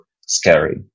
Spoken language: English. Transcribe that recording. scary